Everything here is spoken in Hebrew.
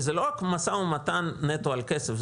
זה לא רק משא ומתן נטו על כסף,